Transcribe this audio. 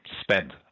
spend